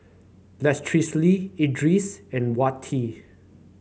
Lestari Idris and Wati